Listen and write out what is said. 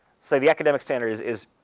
say the academic standard is is